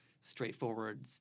straightforward